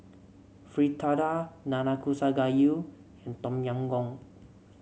Fritada Nanakusa Gayu and Tom Yam Goong